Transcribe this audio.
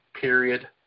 period